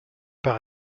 par